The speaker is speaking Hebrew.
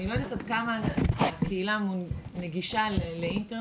אני לא יודעת עד כמה הקהילה נגישה לאינטרנט.